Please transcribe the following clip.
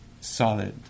solid